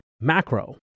macro